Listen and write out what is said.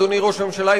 אדוני ראש הממשלה,